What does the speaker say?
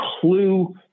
clue